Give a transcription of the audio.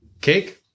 Cake